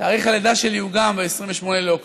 תאריך הלידה שלי הוא גם 28 באוקטובר,